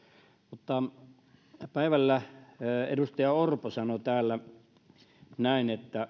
mutta päivällä edustaja orpo sanoi täällä näin että